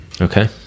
Okay